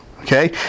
Okay